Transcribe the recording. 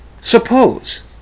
Suppose